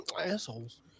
Assholes